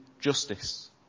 justice